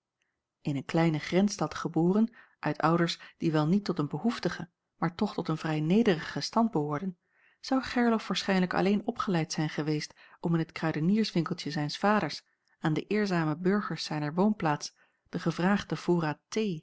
in een kleine grensstad geboren uit ouders die wel niet tot een behoeftigen maar toch tot een vrij nederigen stand behoorden zou gerlof waarschijnlijk alleen opgeleid zijn geweest om in het kruidenierswinkeltje zijns vaders aan de eerzame burgers zijner woonplaats den gevraagden voorraad